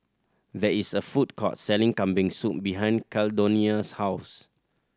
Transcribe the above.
there is a food court selling Kambing Soup behind Caldonia's house